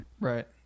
Right